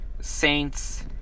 Saints